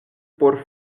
por